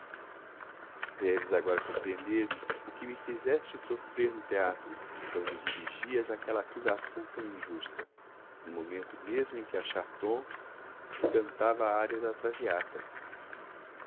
deves agora compreender o que me fizeste sofrer no teatro quando me dirigias aquela acusação tão injusta no momento mesmo em que a charton cantava a ária da traviata